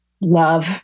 Love